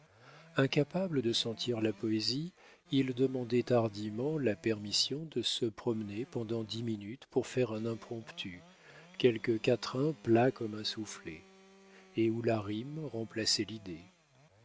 incapable de sentir la poésie il demandait hardiment la permission de se promener pendant dix minutes pour faire un impromptu quelque quatrain plat comme un soufflet et où la rime remplaçait l'idée